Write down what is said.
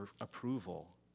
approval